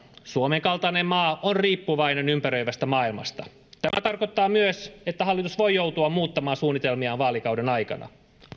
suomen kaltainen maa on riippuvainen ympäröivästä maailmasta tämä tarkoittaa myös että hallitus voi joutua muuttamaan suunnitelmiaan vaalikauden aikana